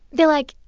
they're like,